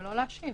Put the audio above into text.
שלא להשיב.